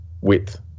width